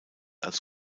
als